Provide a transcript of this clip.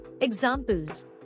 Examples